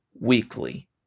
weekly